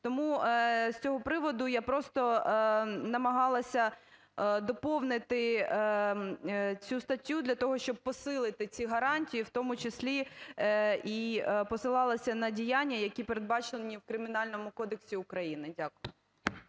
Тому з цього приводу я просто намагалася доповнити цю статтю для того, щоб посилити ці гарантії, у тому числі і посилалася на діяння, які передбачені в Кримінальному кодексі України. Дякую.